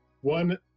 one